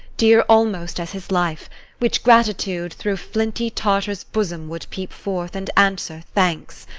dear almost as his life which gratitude through flinty tartar's bosom would peep forth, and answer thanks.